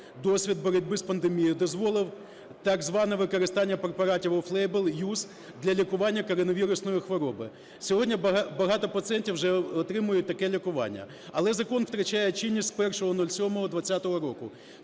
досвід боротьби з пандемією, дозволив так зване використання препаратів off-label use для лікування коронавірусної хвороби. Сьогодні багато пацієнтів вже отримують таке лікування. Але закон втрачає чинність з 01.07.2020 року.